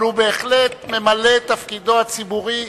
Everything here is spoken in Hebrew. אבל הוא בהחלט ממלא את תפקידו הציבורי,